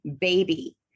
baby